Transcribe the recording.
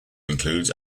includes